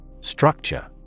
Structure